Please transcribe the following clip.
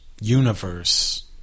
universe